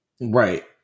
Right